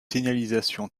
signalisation